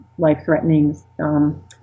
life-threatening